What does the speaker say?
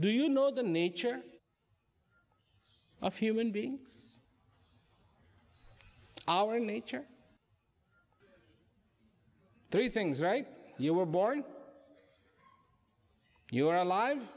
do you know the nature of human beings our meter three things right you were born you're alive